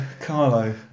Carlo